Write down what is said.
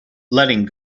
letting